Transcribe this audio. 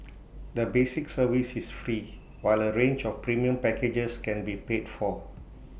the basic service is free while A range of premium packages can be paid for